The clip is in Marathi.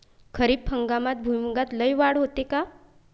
खरीप हंगामात भुईमूगात लई वाढ होते का?